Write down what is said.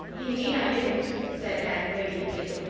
indeed i didn't, said anne radiantly.